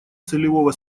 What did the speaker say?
целевого